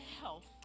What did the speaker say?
health